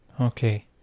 Okay